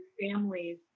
families